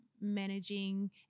managing